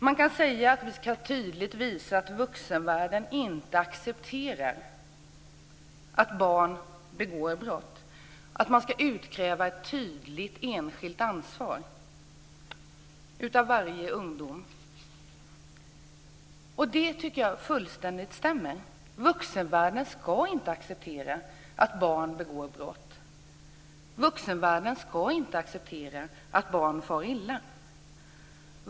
Man kan säga att vi tydligt ska visa att vuxenvärlden inte accepterar att barn begår brott och att man ska utkräva ett tydligt enskilt ansvar av varje ungdom. Det tycker jag fullständigt stämmer. Vuxenvärlden ska inte acceptera att barn begår brott. Vuxenvärlden ska inte acceptera att barn far illa.